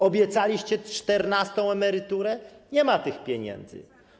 Obiecaliście czternastą emeryturę - nie ma tych pieniędzy.